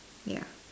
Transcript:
ya